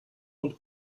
und